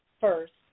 first